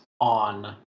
on